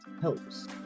helps